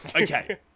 Okay